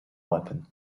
weapon